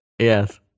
Yes